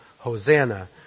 Hosanna